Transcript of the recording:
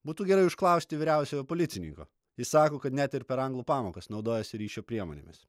būtų gerai užklausti vyriausiojo policininko jis sako kad net ir per anglų pamokas naudojasi ryšio priemonėmis